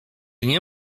nie